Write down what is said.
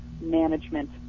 management